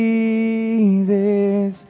Jesus